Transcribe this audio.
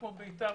כמו ביתר,